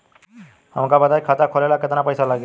हमका बताई खाता खोले ला केतना पईसा लागी?